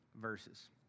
verses